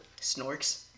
Snorks